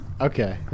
Okay